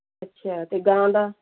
ਅੱਛਾ ਅਤੇ ਗਾਂ ਦਾ